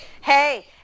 hey